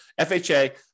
FHA